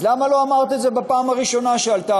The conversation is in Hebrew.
אז למה לא אמרת את זה בפעם הראשונה שעלתה